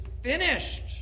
finished